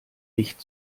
nicht